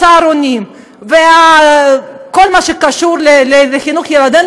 בצהרונים וכל מה שקשור לחינוך ילדינו,